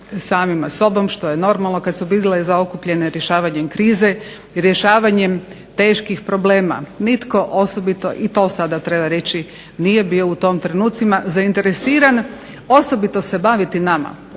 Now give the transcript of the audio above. samima sobom, kada su bile zaokupljene rješavanjem krize, rješavanjem teških problema, nitko osobito i to sada treba reći nije bio u tim trenutcima zainteresiran osobito se baviti nama